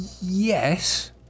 yes